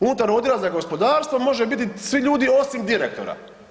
Unutar odjela za gospodarstvo može biti svi ljudi osim direktora.